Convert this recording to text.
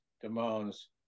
demands